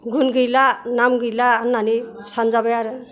गुन गैला नाम गैला होननानै सानजाबाय आरो